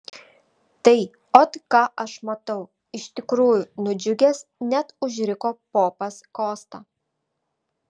tai ot ką aš matau iš tikrųjų nudžiugęs net užriko popas kosta